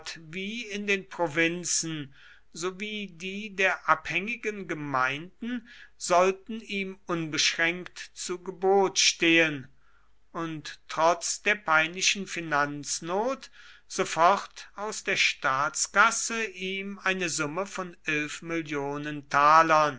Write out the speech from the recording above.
wie in den provinzen sowie die der abhängigen gemeinden sollten ihm unbeschränkt zu gebot stehen und trotz der peinlichen finanznot sofort aus der staatskasse ihm eine summe von